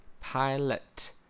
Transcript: Pilot